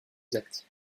exact